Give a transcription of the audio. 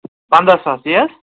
پنٛداہ ساس تہِ حظ